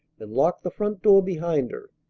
and locked the front door behind her.